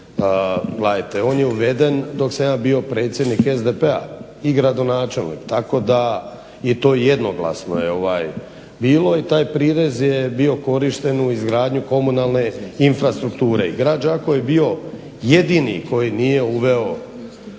gledajte on je uveden dok sam ja bio predsjednik SDP-a i gradonačelnik. Tako da, i to jednoglasno je bilo i taj prirez je bio korišten u izgradnju komunalne infrastrukture. I grad Đakovo je bio jedini koji nije uveo